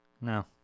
No